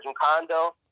condo